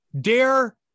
Dare